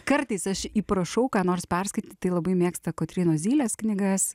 kartais aš įprašau ką nors perskaityt tai labai mėgsta kotrynos zylės knygas